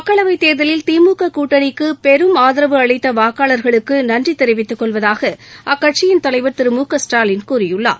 மக்களவைத் தேர்தலில் திமுக கூட்டணிக்கு பெரும் ஆதரவு அளித்த வாக்காளர்களுக்கு நன்றி தெரிவித்துக் கொள்வதாக அக்கட்சியின் தலைவா திரு மு க ஸ்டாலின் கூறியுள்ளார்